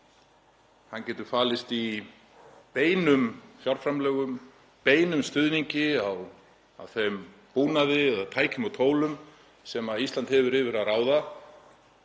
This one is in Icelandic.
Hann getur falist í beinum fjárframlögum, beinum stuðningi með þeim búnaði, tækjum og tólum sem Ísland hefur yfir að ráða.